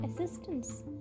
assistance